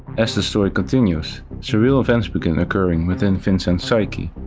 as the story continues, surreal events begin occurring within vincent's psyche.